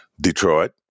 Detroit